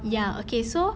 ya okay so